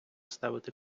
ставити